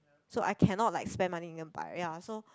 so I cannot like spend money nearby ya so